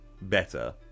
better